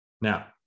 Now